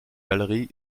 galerie